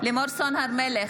לימור סון הר מלך,